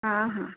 ହଁ ହଁ